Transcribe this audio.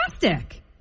fantastic